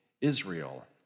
Israel